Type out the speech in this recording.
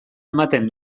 ematen